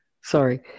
Sorry